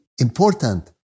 important